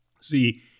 See